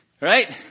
Right